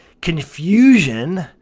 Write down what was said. confusion